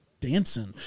dancing